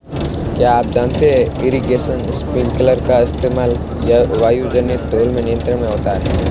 क्या आप जानते है इरीगेशन स्पिंकलर का इस्तेमाल वायुजनित धूल के नियंत्रण में होता है?